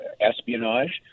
espionage